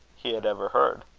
he had ever heard.